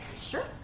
Sure